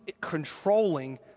controlling